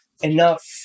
enough